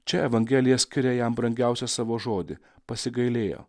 čia evangelija skiria jam brangiausią savo žodį pasigailėjo